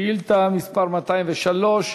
שאילתה מס' 203: